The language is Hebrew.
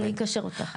אני אקשר אותך.